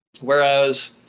whereas